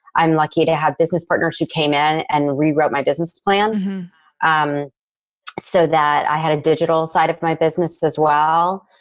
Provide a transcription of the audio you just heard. i'm lucky to have business partners who came in and rewrote my business plan um so that i had a digital side of my business as well.